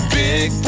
big